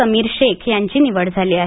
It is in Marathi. समीर शेख यांची निवड झाली आहे